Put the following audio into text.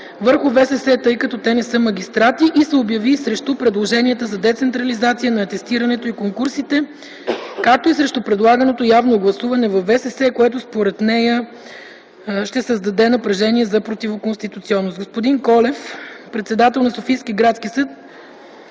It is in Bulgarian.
върху ВСС, тъй като те не са магистрати. Обяви се срещу предложенията за децентрализация на атестирането и конкурсите, както и срещу предлаганото явно гласуване във ВСС, което според нея ще създаде напрежение за противоконституционност. Господин Георги Колев - председател на Софийския градски съд,